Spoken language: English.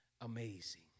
amazing